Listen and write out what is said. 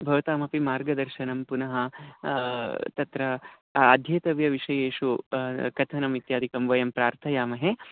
भवतामपि मार्गदर्शनं पुनः तत्र अध्येतव्यविषयेषु कथनम् इत्यादिकं वयं प्रार्थयामहे